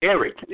Eric